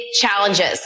challenges